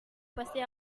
pasti